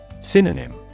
Synonym